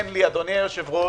למשרדי הממשלה,